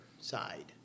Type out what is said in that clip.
side